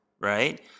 right